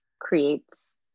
creates